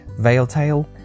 Veiltail